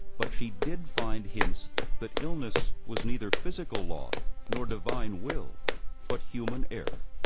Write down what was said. but she did find hints that illness was neither physical law nor divine will but human error.